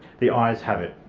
the ayes have it.